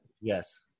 Yes